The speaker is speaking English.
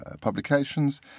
publications